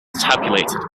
tabulated